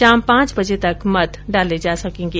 शाम पांच बजे तक मत डाले जा सकेगें